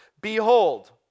Behold